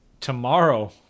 tomorrow